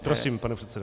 Prosím, pane předsedo.